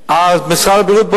אם יש נתונים שיש איזה מוקד,